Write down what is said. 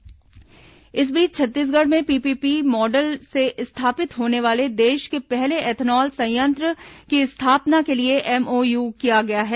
ethanol plant MOU इस बीच छत्तीसगढ़ में पीपीपी मॉडल से स्थापित होने वाले देश के पहले एथेनॉल संयंत्र की स्थापना के लिए एमओयू किया गया है